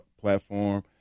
platform